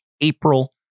April